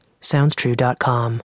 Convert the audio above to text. SoundsTrue.com